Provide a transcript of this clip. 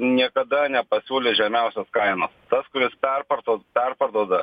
niekada nepasiūlė žemiausios kainos tas kuris perpartuo perparduoda